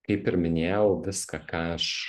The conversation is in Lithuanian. kaip ir minėjau viską ką aš